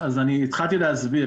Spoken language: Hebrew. אז התחלתי להסביר.